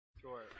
Sure